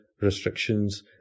restrictions